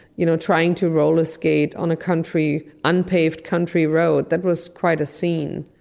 you know, trying to roller skate on a country, unpaved country road that was quite a scene.